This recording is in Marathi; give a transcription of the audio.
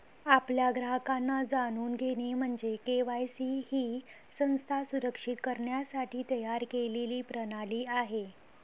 आपल्या ग्राहकांना जाणून घेणे म्हणजे के.वाय.सी ही संस्था सुरक्षित करण्यासाठी तयार केलेली प्रणाली आहे